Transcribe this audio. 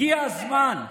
הגיע הזמן.